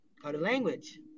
language